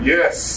Yes